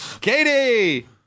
Katie